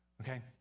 Okay